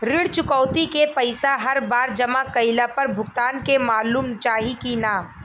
ऋण चुकौती के पैसा हर बार जमा कईला पर भुगतान के मालूम चाही की ना?